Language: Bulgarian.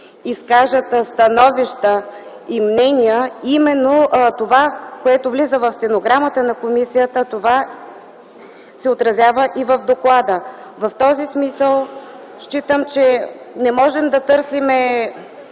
изкажат становища и мнения по конкретната теза. Именно те влизат в стенограмата на комисията и се отразяват в доклада. В този смисъл считам, че не можем да търсим